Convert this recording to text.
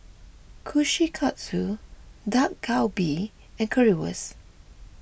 Kushikatsu Dak Galbi and Currywurst